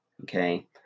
okay